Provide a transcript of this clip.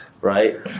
right